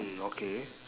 mm okay